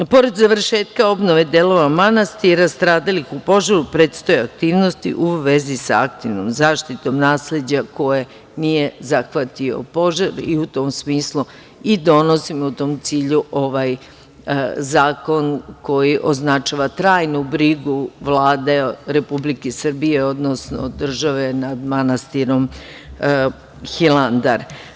Pored završetka obnove delova manastira stradalih u požaru predstoje aktivnosti u vezi sa aktivnom zaštitom nasleđa koje nije zahvatio požar i u tom smislu i donosimo u tom cilju ovaj zakon koji označava trajnu brigu Vlade Republike Srbije, odnosno države nad manastirom Hilandar.